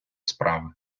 справи